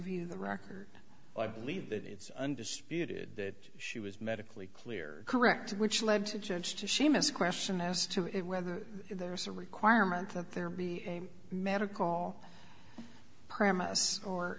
view the record i believe that it's undisputed that she was medically clear correct which lead to judge to seamus question as to whether there is a requirement that there be a medical premis or